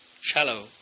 shallow